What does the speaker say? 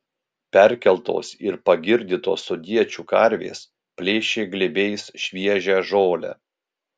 perkeltos ir pagirdytos sodiečių karvės plėšė glėbiais šviežią žolę